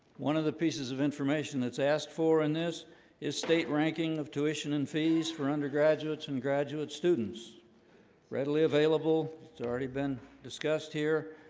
one of the pieces of information that's asked for in this is state ranking of tuition and fees for undergraduates and graduate students readily available. it's already been discussed here.